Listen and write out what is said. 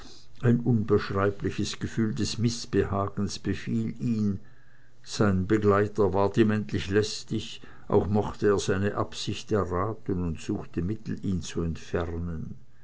ein unbeschreibliches gefühl des mißbehagens befiel ihn sein begleiter ward ihm endlich lästig auch mochte er seine absicht erraten und suchte mittel ihn zu entfernen